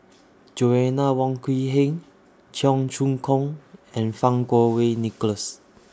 Joanna Wong Quee Heng Cheong Choong Kong and Fang Kuo Wei Nicholas